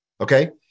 okay